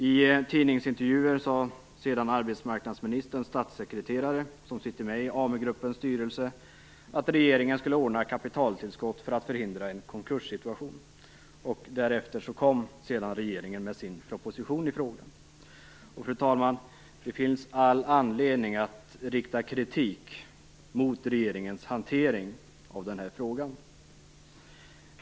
I tidningsintervjuer sade sedan arbetsmarknadsministerns statssekreterare, som sitter med i Amugruppens styrelse, att regeringen skulle ordna kapitaltillskott för att förhindra en konkurssituation. Därefter kom regeringen med sin proposition i frågan. Fru talman! Det finns all anledning att rikta kritik mot regeringens hantering av den här frågan.